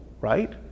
right